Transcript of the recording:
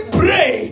pray